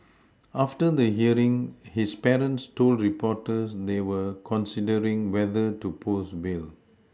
after the hearing his parents told reporters they were considering whether to post bail